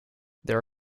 there